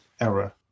error